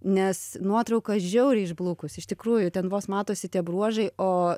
nes nuotrauka žiauriai išblukus iš tikrųjų ten vos matosi tie bruožai o